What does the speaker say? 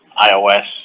iOS